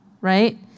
right